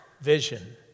Vision